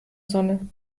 sonne